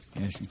Yes